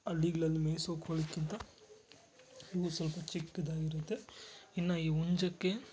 ಹಳ್ಳಿಗ್ಳಲ್ಲಿ ಮೇಯಿಸೋ ಕೋಳಿಕ್ಕಿಂತ ಇನ್ನು ಸ್ವಲ್ಪ ಚಿಕ್ಕದಾಗಿರುತ್ತೆ ಇನ್ನು ಈ ಹುಂಜಕ್ಕೆ